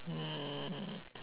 mm